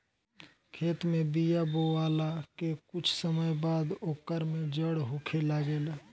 खेत में बिया बोआला के कुछ समय बाद ओकर में जड़ होखे लागेला